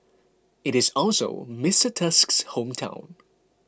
it is also Mister Tusk's hometown